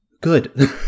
good